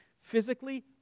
physically